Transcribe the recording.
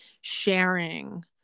sharing